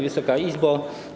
Wysoka Izbo!